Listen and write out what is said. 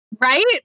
right